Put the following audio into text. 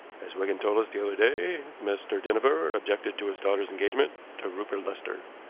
as wigan told us the other day, mr. dinneford objected to his daughter's engagement to rupert lester.